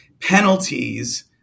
Penalties